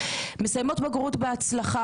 מסיימות בגרות בהצלחה,